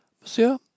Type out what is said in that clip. Monsieur